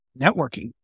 networking